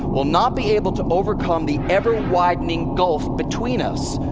will not be able to overcome the ever-widening gulf between us.